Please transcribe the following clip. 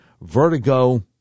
vertigo